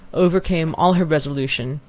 overcame all her resolution,